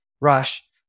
rush